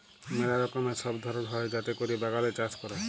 ম্যালা রকমের সব ধরল হ্যয় যাতে ক্যরে বাগানে চাষ ক্যরে